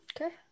okay